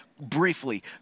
briefly